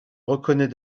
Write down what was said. reconnaît